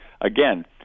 again